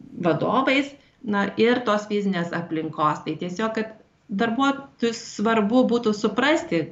vadovais na ir tos fizinės aplinkos tai tiesiog kad darbuotojus svarbu būtų suprasti